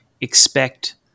expect